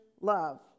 love